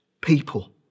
people